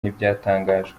ntibyatangajwe